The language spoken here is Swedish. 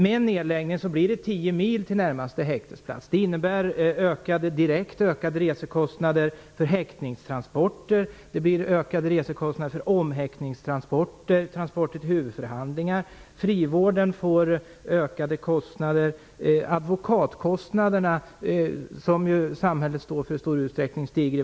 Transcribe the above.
Med en nedläggning blir det tio mil till närmaste häktesplats, vilket innebär direkt ökade resekostnader för häktningstransporter, för omhäktningstransporter, för transporter till huvudförhandlingar. Frivården får ökade kostnader. Advokatkostnaderna, som samhället står för i stor utsträckning, stiger.